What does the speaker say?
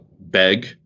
BEG